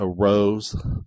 arose